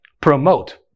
promote